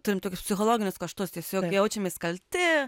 turim tokius psichologinius kaštus tiesiog jaučiamės kalti